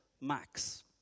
Max